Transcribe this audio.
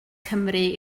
cymru